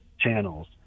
channels